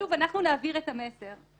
שוב, אנחנו נעביר את המסר של הוועדה.